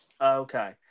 Okay